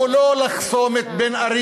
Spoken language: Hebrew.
היא לא לחסום את בן-ארי,